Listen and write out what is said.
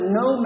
no